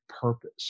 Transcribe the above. purpose